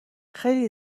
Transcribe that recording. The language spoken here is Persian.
خیلی